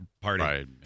party